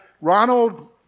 Ronald